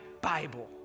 Bible